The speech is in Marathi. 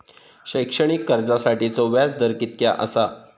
शैक्षणिक कर्जासाठीचो व्याज दर कितक्या आसा?